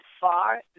far